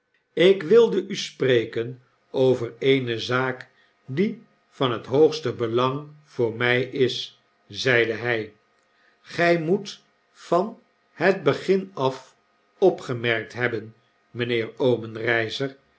ik wilde u spreken over eene zaak die van het hoogste belang voor my is zeide hy gy moet van het begin afopgemerkt hebben